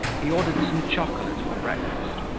he ordered some chocolate for breakfast,